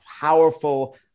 powerful